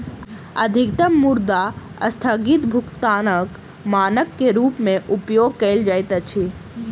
अधिकतम मुद्रा अस्थगित भुगतानक मानक के रूप में उपयोग कयल जाइत अछि